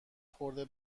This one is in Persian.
خورده